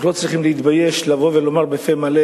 אנחנו לא צריכים להתבייש לבוא ולומר בפה מלא